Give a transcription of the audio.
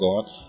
God